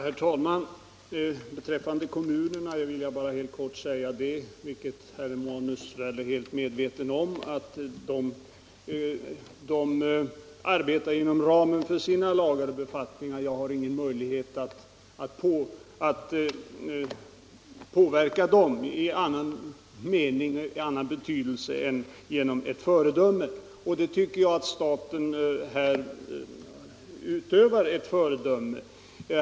Herr talman! Beträffande kommunerna vill jag helt kort säga, vilket herr Romanus väl är medveten om, att de arbetar inom ramen för sina egna lagar och författningar. Jag har ingen möjlighet att påverka dem annat än genom ett föredöme. Min uppfattning är också att staten på detta område utgör ett föredöme.